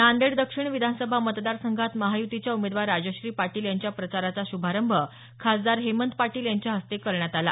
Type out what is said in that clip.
नांदेड दक्षिण विधानसभा मतदारसंघात महायुतीच्या उमेदवार राजश्री पाटील यांच्या प्रचाराचा श्भारंभ खासदार हेमंत पाटील यांच्या हस्ते करण्यात आला